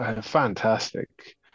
fantastic